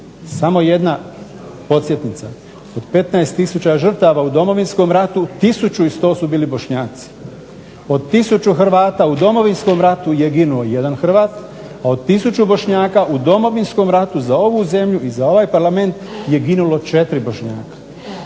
samo jedna podsjetnica, od 15 tisuća žrtava u Domovinskom ratu 1100 su bili bošnjaci. Od 1000 Hrvata u Domovinskom ratu je ginuo jedan Hrvat, a 1000 bošnjaka u Domovinskom ratu, za ovu zemlju i za ovaj parlament je ginulo 4 bošnjaka.